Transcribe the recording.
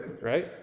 right